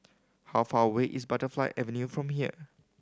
how far away is Butterfly Avenue from here